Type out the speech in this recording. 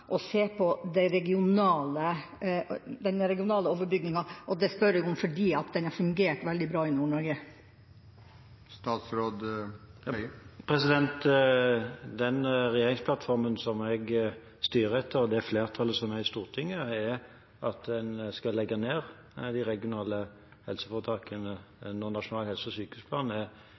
å se på den regionale overbygginga? Det spør jeg om fordi den har fungert veldig bra i Nord-Norge. Den regjeringsplattformen som jeg styrer etter, og det flertallet som er i Stortinget, innebærer at en skal legge ned de regionale helseforetakene når nasjonal helse- og sykehusplan er